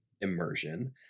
immersion